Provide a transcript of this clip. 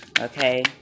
okay